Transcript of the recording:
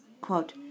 quote